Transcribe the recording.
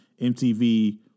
MTV